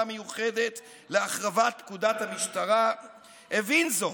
המיוחדת להחרבת פקודת המשטרה הבין זאת,